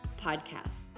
Podcast